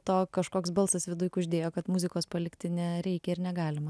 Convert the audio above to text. to kažkoks balsas viduj kuždėjo kad muzikos palikti nereikia ir negalima